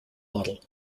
model